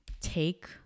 take